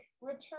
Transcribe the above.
return